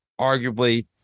arguably